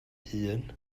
hŷn